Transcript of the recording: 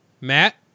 Matt